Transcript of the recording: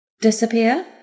disappear